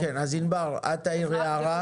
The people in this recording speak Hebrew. שרמת הגולן גליל עליון,